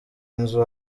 inzu